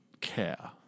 care